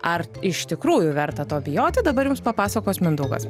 ar iš tikrųjų verta to bijoti dabar jums papasakos mindaugas